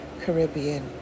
Caribbean